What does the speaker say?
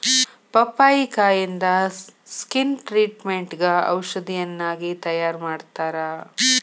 ಪಪ್ಪಾಯಿಕಾಯಿಂದ skin ಟ್ರಿಟ್ಮೇಟ್ಗ ಔಷಧಿಯನ್ನಾಗಿ ತಯಾರಮಾಡತ್ತಾರ